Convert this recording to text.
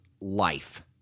life